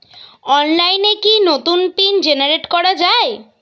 অনলাইনে কি নতুন পিন জেনারেট করা যায়?